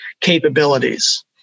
capabilities